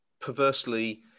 perversely